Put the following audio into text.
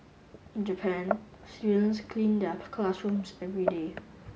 in Japan students clean their classrooms every day